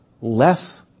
less